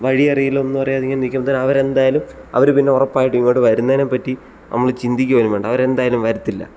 വഴിയറിയില്ല ഒന്നും അറിയാതെ ഇങ്ങനെ നിക്കുമ്പത്തേനും അവരെന്തായാലും അവർ പിന്നെ ഉറപ്പായിട്ടും ഇങ്ങോട്ട് വരുന്നതിനെ പറ്റി നമ്മൾ ചിന്തിക്കുക പോലും വേണ്ട അവരെന്തായാലും വരത്തില്ല